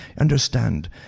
Understand